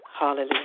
Hallelujah